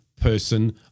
person